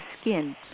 skin